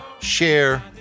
share